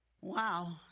Wow